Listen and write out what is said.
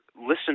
listen